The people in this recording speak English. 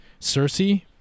Cersei